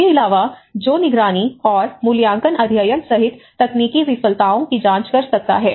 इसके अलावा जो निगरानी और मूल्यांकन अध्ययन सहित तकनीकी विफलताओं की जांच कर सकता है